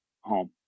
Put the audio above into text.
home